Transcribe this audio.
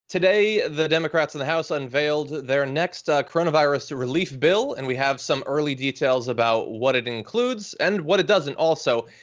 today the democrats in the house unveiled their next coronavirus relief bill and we have some early details about what it includes and what it doesn't also.